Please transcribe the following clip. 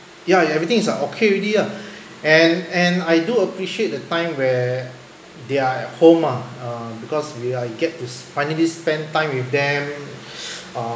yeah everything is ah okay already ah and and I do appreciate the time where they're at home ah uh because we ah I get this finally to spend time with them err